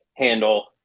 handle